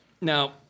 Now